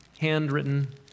handwritten